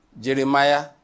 Jeremiah